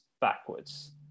backwards